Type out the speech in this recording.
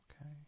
Okay